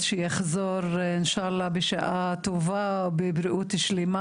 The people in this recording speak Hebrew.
חברנו ווליד טאהא עד שיחזור אינשאללה בבריאות טובה ובבריאות שלמה.